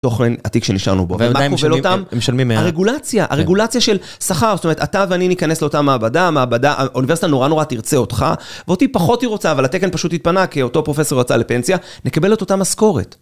תוכן עתיק שנשארנו בו, ומה כובל אותם? הם משלמים מערך. הרגולציה, הרגולציה של שכר, זאת אומרת, אתה ואני ניכנס לאותה מעבדה, האוניברסיטה נורא נורא תרצה אותך, ואותי פחות היא רוצה, אבל התקן פשוט התפנה, כי אותו פרופסור יוצא לפנסיה, נקבל את אותה משכורת.